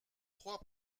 trois